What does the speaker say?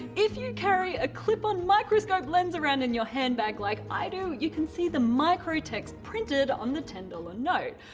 if you carry a clip on microscope lens around in your handbag like i do, you can see the microtext printed on the ten dollars note.